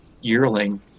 yearling